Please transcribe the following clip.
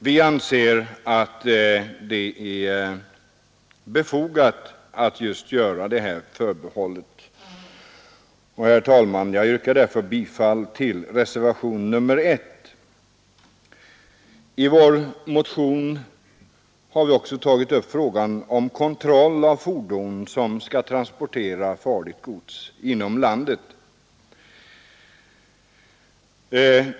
Vi anser det dock befogat, och jag yrkar därför, herr talman, bifall till reservationen 1. I vår motion har vi också tagit upp frågan om kontroll av fordon som skall transportera farligt gods inom landet.